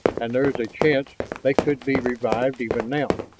and there is a chance they could be revived even now?